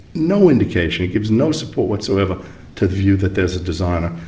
no indication, gives no support whatsoever to the view that there's a designer,